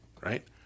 right